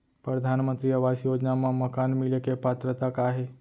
परधानमंतरी आवास योजना मा मकान मिले के पात्रता का हे?